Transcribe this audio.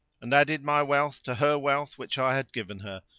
and added my wealth to her wealth which i had given her,